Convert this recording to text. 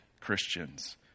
Christians